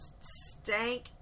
Stank